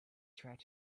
tried